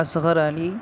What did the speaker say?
Asghar Ali